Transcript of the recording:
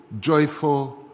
joyful